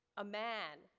a man,